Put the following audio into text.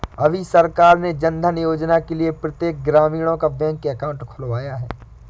अभी सरकार ने जनधन योजना के लिए प्रत्येक ग्रामीणों का बैंक अकाउंट खुलवाया है